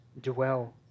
Dwell